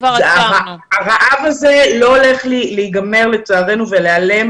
הרעב הזה לא הולך להיגמר לצערנו ולהיעלם